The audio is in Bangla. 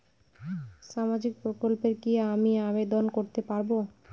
সামাজিক প্রকল্পে কি আমি আবেদন করতে পারবো?